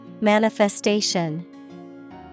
Manifestation